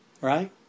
Right